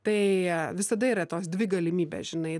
tai visada yra tos dvi galimybės žinai